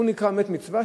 הוא נקרא מת מצווה,